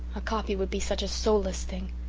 a copy would be such a soulless thing.